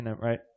right